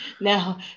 now